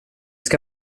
ska